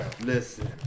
Listen